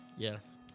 Yes